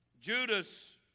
Judas